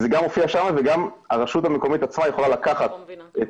זה גם מופיע שם וגם הרשות המקומית עצמה יכולה לקחת את